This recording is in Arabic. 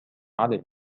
عليه